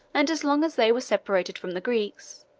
and as long as they were separated from the greeks,